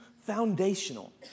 foundational